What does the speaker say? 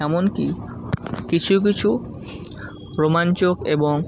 এমন কি কিছু কিছু রোমাঞ্চক এবং